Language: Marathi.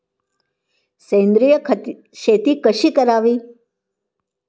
सेंद्रिय शेती कशी करावी?